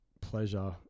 pleasure